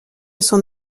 son